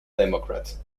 democrats